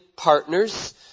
Partners